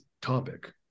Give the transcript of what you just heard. topic